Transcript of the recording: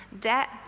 Debt